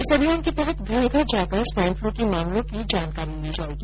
इस अभियान के तहत घर घर जाकर स्वाईन फ्लू के मामलो की जानकारी ली जायेगी